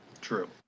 True